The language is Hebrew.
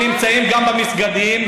הם נמצאים גם במסגדים,